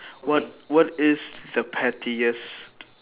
what what is the pettiest